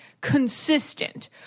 consistent